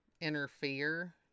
interfere